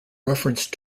reference